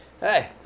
Hey